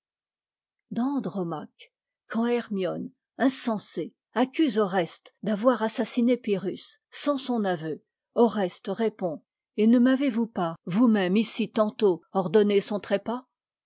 dans m roma me quand hermione insensée accuse oreste d'avoir assassiné pyrrhus sans son aveu oreste répond et ne m'avez-vous pas vous-même ici tantôt ordonné son trépas